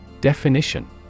Definition